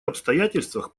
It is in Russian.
обстоятельствах